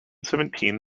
seventeen